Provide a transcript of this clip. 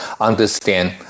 understand